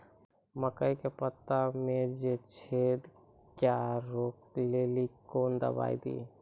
मकई के पता मे जे छेदा क्या रोक ले ली कौन दवाई दी?